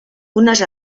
unes